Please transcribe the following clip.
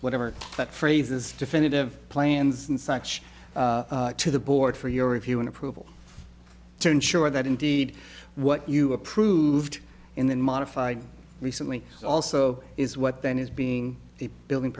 whatever that phrase is definitive plans and such to the board for your review and approval to ensure that indeed what you approved in modified recently also is what then is being the building